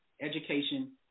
education